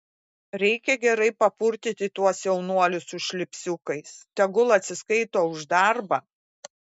reikia gerai papurtyti tuos jaunuolius su šlipsiukais tegul atsiskaito už darbą